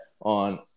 on